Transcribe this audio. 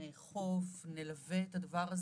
נאכוף ונלווה את הדבר הזה,